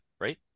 right